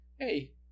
hey